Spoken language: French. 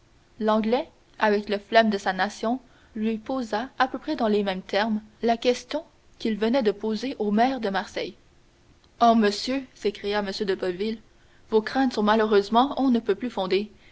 l'anglais avec le flegme de sa nation lui posa à peu près dans les mêmes termes la même question qu'il venait de poser au maire de marseille oh monsieur s'écria m de boville vos craintes sont malheureusement on ne peut plus fondées